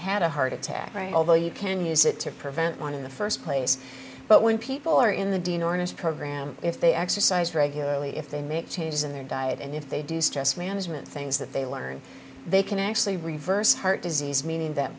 had a heart attack right although you can use it to prevent one of the first place but when people are in the dean ornish program if they exercise regularly if they make changes in their diet and if they do stress management things that they learn they can actually reverse heart disease meaning that